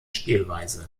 spielweise